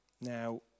Now